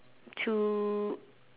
to